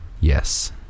Yes